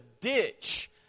ditch